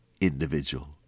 individual